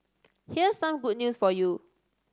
here's some good news for you